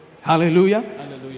Hallelujah